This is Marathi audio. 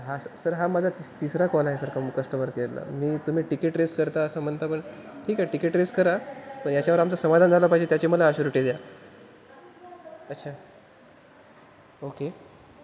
हा स सर हा माझा त तिसरा कॉल आहे सर क कस्टमर केअरला मी तुम्ही तिकीट रेस करता असं म्हणता पण ठीक आहे तिकीट रेस करा पण याच्यावर आमचं समाधान झालं पाहिजे त्याची मला आशीरुटी द्या अच्छा ओके